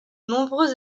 nombreux